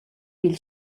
pil